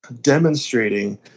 demonstrating